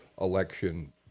election